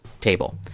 table